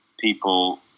people